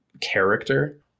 character